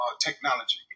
technology